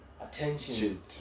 attention